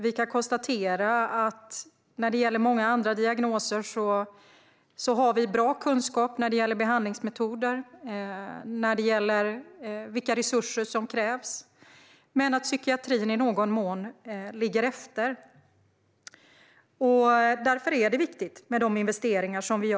Vi kan konstatera att vi när det gäller många andra diagnoser har bra kunskap om behandlingsmetoder och om vilka resurser som krävs men att psykiatrin i någon mån ligger efter. Därför är det viktigt med de investeringar som vi gör.